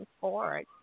forward